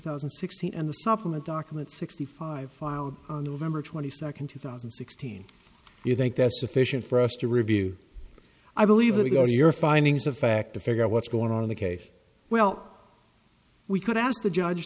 thousand and sixteen and the supplement documents sixty five filed on november twenty second two thousand and sixteen do you think that's sufficient for us to review i believe that we go your findings of fact to figure out what's going on in the case well we could ask the judge